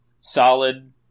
solid